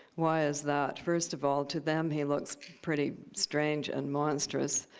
why is that? first of all, to them, he looks pretty strange and monstrous.